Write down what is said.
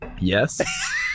Yes